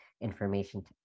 information